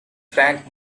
frank